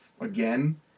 again